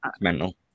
mental